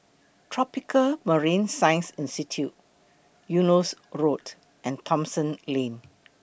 Tropical Marine Science Institute Eunos Road and Thomson Lane